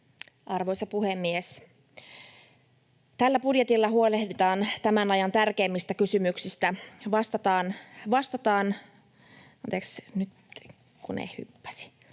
Arvoisa puhemies! Tällä budjetilla huolehditaan tämän ajan tärkeimmistä kysymyksistä, vastataan... [Puhuja